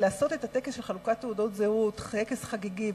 לעשות את טקס חלוקת תעודות זהות כטקס חגיגי,